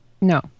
No